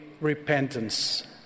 repentance